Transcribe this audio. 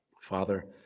Father